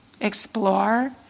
explore